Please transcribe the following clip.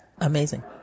Amazing